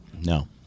No